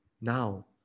Now